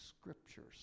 scriptures